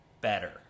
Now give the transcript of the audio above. better